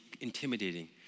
intimidating